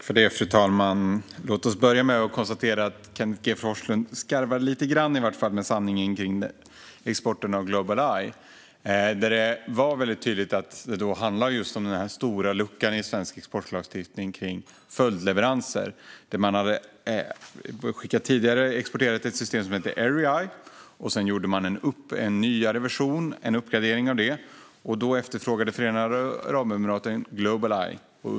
Fru talman! Låt oss börja med att konstatera att Kenneth G Forslund i varje fall skarvar lite grann med sanningen om exporten av Global Eye. Det var väldigt tydligt att det handlade om den stora luckan i svensk exportlagstiftning om följdleveranser. Man hade tidigare exporterat ett system som hette Erieye. Sedan gjorde man en nyare version, en uppgradering av det. Då efterfrågade Förenade Arabemiraten Global Eye.